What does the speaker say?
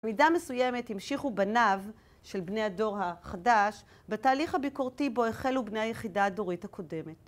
במידה מסוימת המשיכו בניו של בני הדור החדש, בתהליך הביקורתי בו החלו בני היחידה הדורית הקודמת.